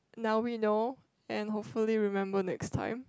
now we know and hopefully remember next time